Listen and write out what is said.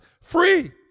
free